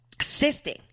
assisting